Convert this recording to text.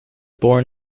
born